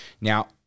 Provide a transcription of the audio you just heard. Now